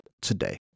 today